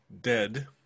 Dead